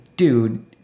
dude